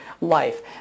life